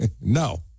No